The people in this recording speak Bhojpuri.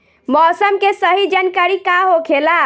मौसम के सही जानकारी का होखेला?